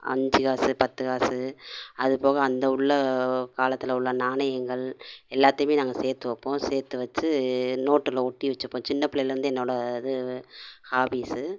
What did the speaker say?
அஞ்சு காசு பத்து காசு அதுப்போக அந்த உள்ள காலத்தில் உள்ள நாணயங்கள் எல்லாத்தையுமே நாங்கள் சேர்த்து வைப்போம் சேர்த்து வச்சி நோட்டில் ஒட்டி வச்சிப்போம் சின்ன பிள்ளையிலருந்தே என்னோடய இது ஹாப்பிஸ்ஸு